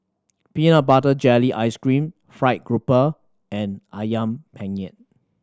peanut butter jelly ice cream fried grouper and Ayam Penyet